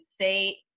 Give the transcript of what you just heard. say